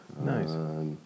Nice